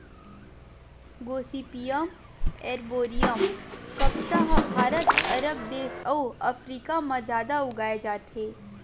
Gossypium arboreum कपसा ह भारत, अरब देस अउ अफ्रीका म जादा उगाए जाथे